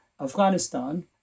Afghanistan